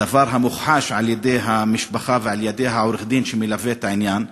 דבר המוכחש על-ידי המשפחה ועל-ידי עורך-הדין שמלווה את העניין,